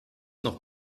noch